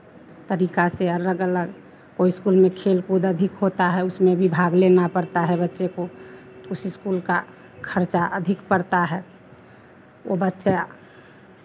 तरीका से अलग अलग कोई स्कूल में खेल कूद अधिक होता है उसमें भी भाग लेना पड़ता है बच्चे को तो उस स्कूल का खर्चा अधिक पड़ता है वो बच्चा